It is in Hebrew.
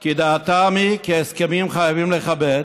כי דעתם היא כי הסכמים חייבים לכבד